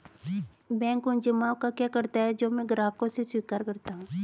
Bank उन जमाव का क्या करता है जो मैं ग्राहकों से स्वीकार करता हूँ?